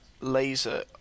Laser